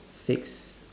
six